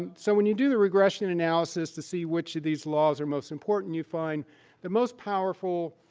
and so when you do the regression analysis to see which of these laws are most important, you find the most powerful